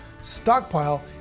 stockpile